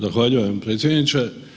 Zahvaljujem predsjedniče.